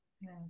Yes